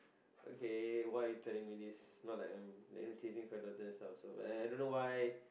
okay why are you telling me this not like I'm like you know chasing for your daughter so I also and I don't know why